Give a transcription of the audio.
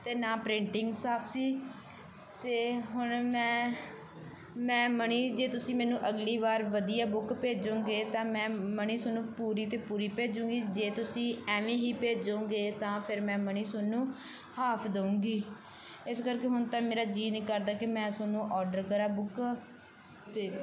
ਅਤੇ ਨਾ ਪ੍ਰਿੰਟਿੰਗ ਸਾਫ਼ ਸੀ ਅਤੇ ਹੁਣ ਮੈਂ ਮੈਂ ਮਨੀ ਜੇ ਤੁਸੀਂ ਮੈਨੂੰ ਅਗਲੀ ਵਾਰ ਵਧੀਆ ਬੁੱਕ ਭੇਜੋਗੇ ਤਾਂ ਮੈਂ ਮਨੀ ਤੁਹਾਨੂੰ ਪੂਰੀ ਤੇ ਪੂਰੀ ਭੇਜੂਗੀ ਜੇ ਤੁਸੀਂ ਐਵੇਂ ਹੀ ਭੇਜੋਗੇ ਤਾਂ ਫਿਰ ਮੈਂ ਮਨੀ ਤੁਹਾਨੂੰ ਹਾਫ ਦੇਊਂਗੀ ਇਸ ਕਰਕੇ ਹੁਣ ਤਾਂ ਮੇਰਾ ਜੀ ਨਹੀਂ ਕਰਦਾ ਕਿ ਮੈਂ ਤੁਹਾਨੂੰ ਔਡਰ ਕਰਾ ਬੁੱਕ ਅਤੇ